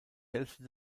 hälfte